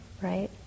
right